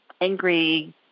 angry